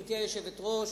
גברתי היושבת-ראש,